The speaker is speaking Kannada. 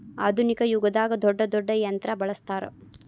ಆದುನಿಕ ಯುಗದಾಗ ದೊಡ್ಡ ದೊಡ್ಡ ಯಂತ್ರಾ ಬಳಸ್ತಾರ